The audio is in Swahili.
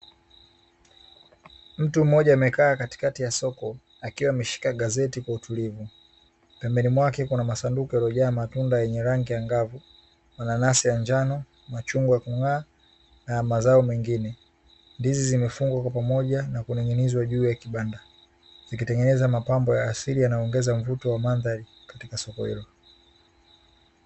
Mtu mmoja amekaa katikati ya soko akiwa ameshika gazeti kwa utulivu, pembeni mwake kuna masanduku yaliyojaa matunda yenye rangi angavu, mananasi ya njano, machungwa kung'aa na mazao mengine, ndizi zimefungwa kwa pamoja na kuning'inizwa juu ya kibanda zikitengeneza mapambo ya asili yanayoongeza mvuto wa mandhari katika soko hilo.